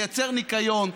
תייצר ניקיון,